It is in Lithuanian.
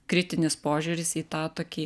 kritinis požiūris į tą tokį